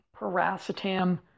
paracetam